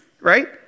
right